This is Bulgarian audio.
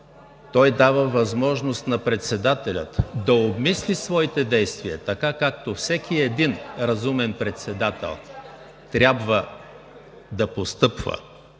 той дава възможност на председателя да обмисли своите действия така, както всеки един разумен председател трябва да постъпва,